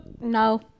No